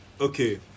Okay